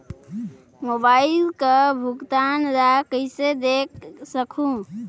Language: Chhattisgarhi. मोबाइल कर भुगतान ला कइसे देख सकहुं?